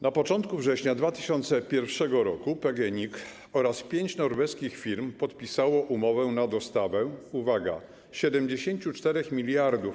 Na początku września 2001 r. PGNiG oraz pięć norweskich firm podpisało umowę na dostawę, uwaga: 74 mld